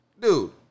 Dude